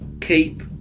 Keep